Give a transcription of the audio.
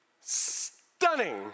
Stunning